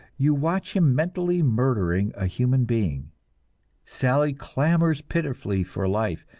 you watch him mentally murdering a human being sally clamors pitifully for life,